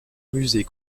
musée